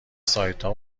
سایتها